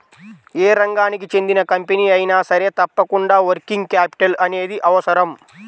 యే రంగానికి చెందిన కంపెనీ అయినా సరే తప్పకుండా వర్కింగ్ క్యాపిటల్ అనేది అవసరం